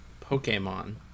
Pokemon